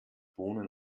bohnen